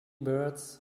birds